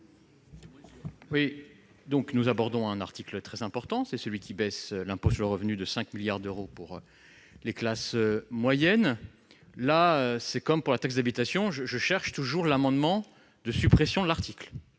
l'article. Nous abordons un article très important, qui baisse l'impôt sur le revenu de 5 milliards d'euros pour les classes moyennes. Comme pour ce qui est de la taxe d'habitation, je cherche toujours un amendement de suppression de l'article